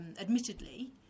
admittedly